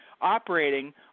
operating